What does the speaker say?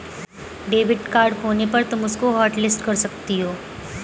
debit card खोने पर तुम उसको हॉटलिस्ट कर सकती हो